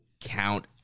count